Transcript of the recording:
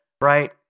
right